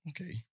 okay